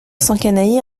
s’encanailler